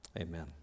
Amen